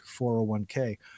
401k